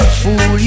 fool